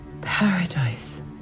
Paradise